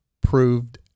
proved